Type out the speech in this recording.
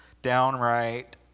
downright